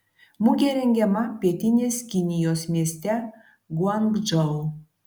mugė rengiama pietinės kinijos mieste guangdžou